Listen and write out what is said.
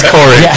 Corey